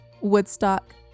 Woodstock